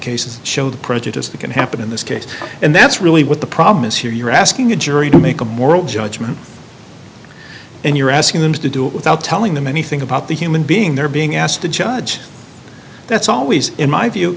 cases showed prejudice that can happen in this case and that's really what the problem is here you're asking a jury to make a moral judgment and you're asking them to do it without telling them anything about the human being they're being asked the judge that's always in my view